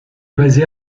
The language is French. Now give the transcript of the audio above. basé